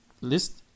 list